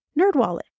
NerdWallet